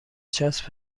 چسب